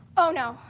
oh no,